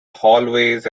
hallways